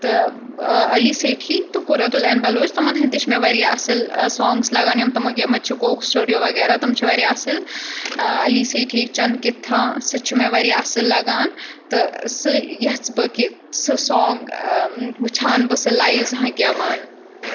تہٕ علی سیٹھی تہٕ قُرَت العین بَلوچ تِمَن ہٕنٛدۍ تہِ چھِ مےٚ واریاہ اَصٕل سانٛگٕس لَگان یِم تِمو گیٚمٕتۍ چھِ کوک سِٹوڈیو وغیرہ تِم چھِ واریاہ اَصٕل علی سیٹھی چَنٛد کِتھاں سُہ چھُ مےٚ واریاہ اَصٕل لَگان تہٕ سُہ یَژھٕ بہٕ کہِ سُہ سانٛگ وٕچھ ہَن بہٕ سُہ لایِو زانٛہہ گیٚوان